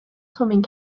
swimming